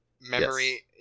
memory